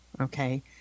okay